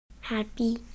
Happy